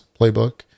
playbook